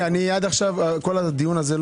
הישיבה נעולה.